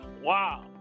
Wow